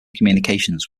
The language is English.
communications